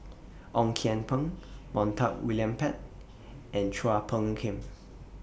Ong Kian Peng Montague William Pett and Chua Phung Kim